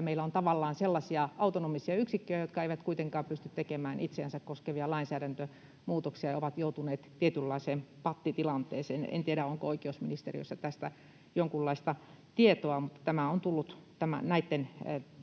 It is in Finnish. meillä on tavallaan sellaisia autonomisia yksikköjä, jotka eivät kuitenkaan pysty tekemään itseänsä koskevia lainsäädäntömuutoksia ja jotka ovat joutuneet tietynlaiseen pattitilanteeseen. En tiedä, onko oikeusministeriössä tästä jonkunlaista tietoa, mutta tämä on tullut